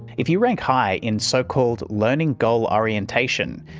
if you rank high in so-called learning goal orientation,